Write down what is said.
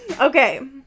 Okay